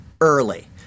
early